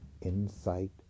insight